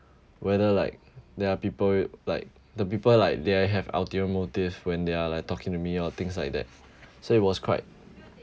whether like there are people like the people like they have ulterior motive when they are like talking to me or things like that so it was quite